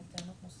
אם כך טענת נושא